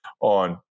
on